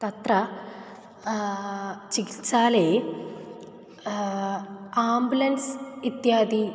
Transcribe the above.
तत्र चिकित्सालये आम्बुलेन्स् इत्यादि